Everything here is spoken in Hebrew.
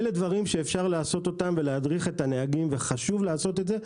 אלה דברים שאפשר לעשות אותם ולהדריך את הנהגים וחשוב לעשות את זה,